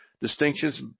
distinctions